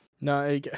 No